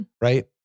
right